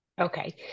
Okay